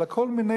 אלא כל מיני,